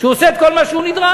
כשהוא עושה את כל מה שהוא נדרש.